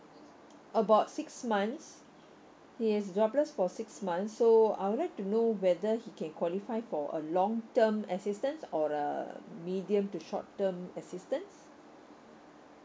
about six months he is jobless for six months so I would like to know whether he can qualify for a long term assistance or a medium to short term assistance